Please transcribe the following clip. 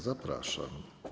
Zapraszam.